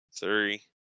three